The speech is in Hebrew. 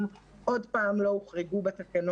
שאנחנו מגלים מחדש שבית הספר,